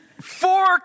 Four